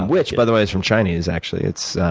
which by the way is from chinese, actually. it's,